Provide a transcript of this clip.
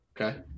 okay